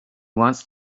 wants